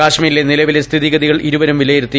കശ്മീരിലെ നിലവിലെ സ്ഥിതിഗതികൾ ഇരുവരും വിലയിരുത്തി